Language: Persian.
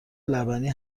لبنی